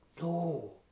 no